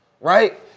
right